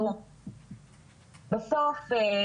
בסוף,